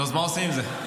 נו, אז מה עושים עם זה?